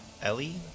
Ellie